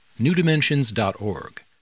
newdimensions.org